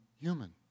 human